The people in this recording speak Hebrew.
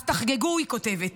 אז תחגגו, היא כותבת.